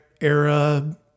era